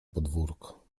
podwórko